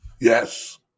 yes